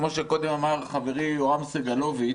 כמו שאמר חברי יואב סגלוביץ',